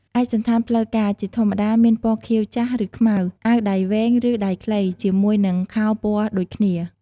ឯកសណ្ឋានផ្លូវការ ជាធម្មតា មានពណ៌ខៀវចាស់ ឬខ្មៅ អាវដៃវែង ឬដៃខ្លី ជាមួយនឹងខោពណ៌ដូចគ្នា។